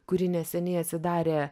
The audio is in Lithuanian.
kuri neseniai atsidarė